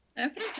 Okay